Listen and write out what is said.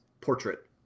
portrait